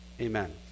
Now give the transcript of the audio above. Amen